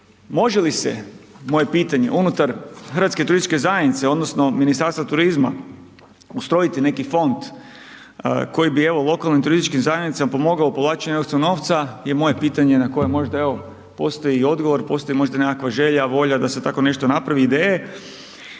može li se, moje pitanje, unutar HTZ-a odnosno Ministarstva turizma ustrojiti neki fond koji bi evo lokalnim turističkim zajednicama pomagao povlačenje europskog novca je moje pitanje na koje možda evo postoji i odgovor, postoji možda nekakva želja, volja da se takvo nešto napravi, ideje.